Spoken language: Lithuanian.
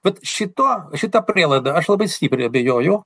vat šituo šita prielaida aš labai stipriai abejoju